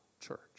church